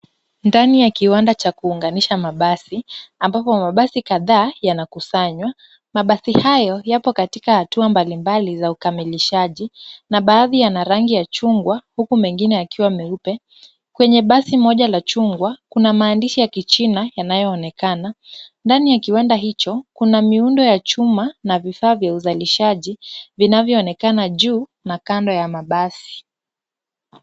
Ndani ya kiwanda cha kuunganisha mabasi, ambapo mabasi kadhaa yanakusanywa. Mabasi hayo yapo katika hatua mbalimbali za ukamilishaji na baadhi yana rangi ya chungwa huku mengine yakiwa meupe. Kwenye basi moja la chungwa, kuna maandishi ya kichina yanayoonekana. Ndani ya kiwanda hicho kuna miundo ya chuma na vifaa vya uzalishaji vinavyoonekana juu na kando ya mabasi.